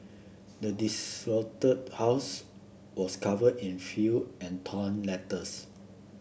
the desolated house was covered in filth and torn letters